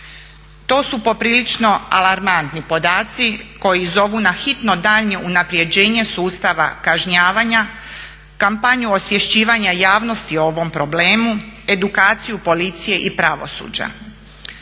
To su poprilično alarmantni podaci koji zovu na hitno daljnje unapređenje sustava kažnjavanja, kampanju osvješćivanja javnosti o ovom problemu, edukaciju policije i pravosuđa.